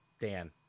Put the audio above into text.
Dan